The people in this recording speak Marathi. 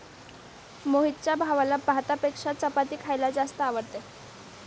मोहितच्या भावाला भातापेक्षा चपाती खायला जास्त आवडते